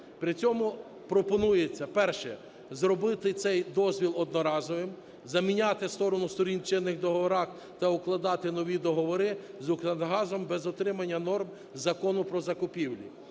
При цьому пропонується: перше – зробити цей дозвіл одноразовим, заміняти сторону сторін в чинних договорах та укладати нові договори з "Укртрансгазом" без дотримання норм Закону про закупівлі.